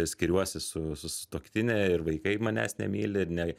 skiriuosi su su sutuoktine ir vaikai manęs nemyli ir ne